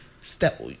Step